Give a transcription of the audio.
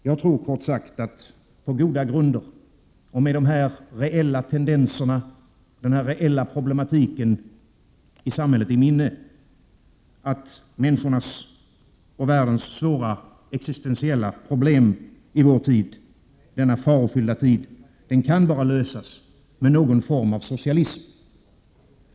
Jag tror, kort sagt, på goda grunder och med den här reella problematiken i minne, att människornas och världens svåra existentiella problem i vår tid, denna farofyllda tid, kan lösas bara med någon form av socialism.